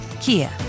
Kia